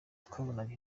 twabonaga